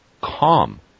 calm